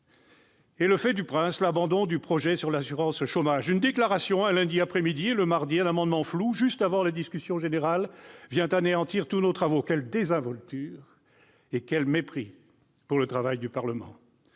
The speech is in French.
du fait du prince, l'abandon du projet relatif à l'assurance chômage ! Une déclaration un lundi après-midi, et le mardi, un amendement flou, juste avant la discussion générale, vient anéantir tous nos travaux. Quelle désinvolture et quel mépris pour le travail du Parlement !